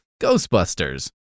Ghostbusters